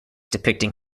depicting